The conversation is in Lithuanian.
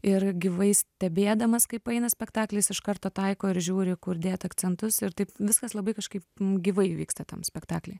ir gyvai stebėdamas kaip eina spektaklis iš karto taiko ir žiūri kur dėti akcentus ir taip viskas labai kažkaip gyvai vyksta tam spektakly